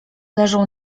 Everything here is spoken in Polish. leżą